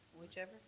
Whichever